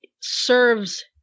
serves